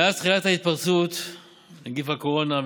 מאז תחילת התפרצות נגיף הקורונה,